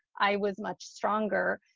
i was much stronger,